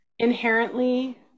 Inherently